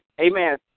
Amen